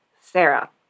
Sarah